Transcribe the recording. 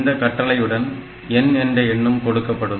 இந்த கட்டளையுடன் n என்ற எண்ணும் கொடுக்கப்படும்